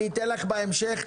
אני אתן לך בהמשך.